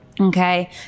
Okay